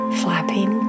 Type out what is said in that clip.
flapping